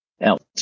else